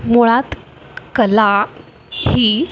मुळात कला ही